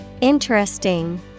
Interesting